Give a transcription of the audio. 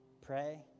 pray